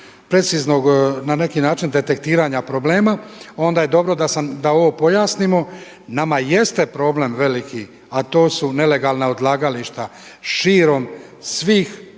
preciznog na neki način detektiranja problema onda je dobro da sam, da ovo pojasnimo. Nama jeste problem veliki a to su nelegalna odlagališta širom svih